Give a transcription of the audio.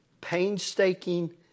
Painstaking